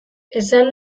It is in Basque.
esan